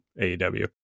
AEW